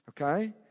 Okay